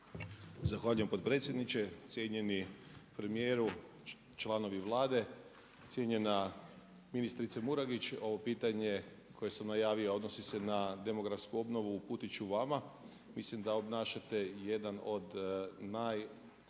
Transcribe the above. Zahvaljujem potpredsjedniče. Cijenjeni premijeru, članovi Vlade, cijenjena ministrice Murganić ovo pitanje koje sam navio, a odnosi se na demografsku obnovu uputit ću vama. Mislim da obnašate jedan od najosjetljivijih